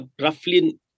roughly